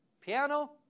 piano